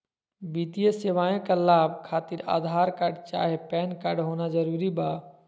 वित्तीय सेवाएं का लाभ खातिर आधार कार्ड चाहे पैन कार्ड होना जरूरी बा?